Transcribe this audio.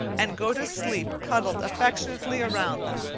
and go to sleep cuddled affectionately around them.